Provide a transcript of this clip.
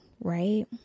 right